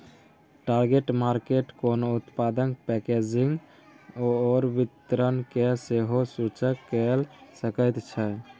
target market कोनो उत्पादक packaging आओर वितरणकेँ सेहो सूचित कए सकैत छै